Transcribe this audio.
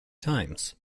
times